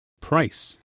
Price